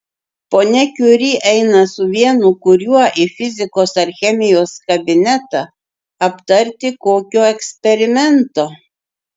ponia kiuri eina su vienu kuriuo į fizikos ar chemijos kabinetą aptarti kokio eksperimento